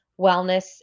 wellness